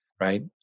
right